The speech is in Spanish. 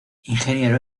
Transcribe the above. ingeniero